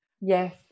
Yes